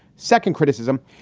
second criticism.